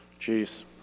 Jeez